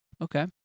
Okay